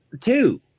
two